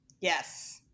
Yes